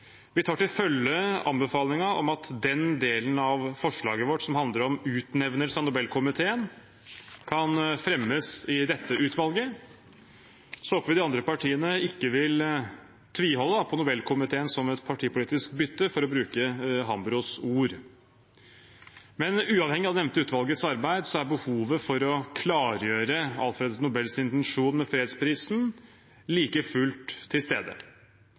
Vi tar til følge anbefalingen om at den delen av forslaget vårt som handler om utnevnelse av Nobelkomiteen, kan fremmes i dette utvalget. Så håper vi de andre partiene ikke vil tviholde på Nobelkomiteen som et partipolitisk bytte, for å bruke Hambros ord. Men uavhengig av det nevnte utvalgets arbeid er behovet for å klargjøre Alfred Nobels intensjon med fredsprisen like fullt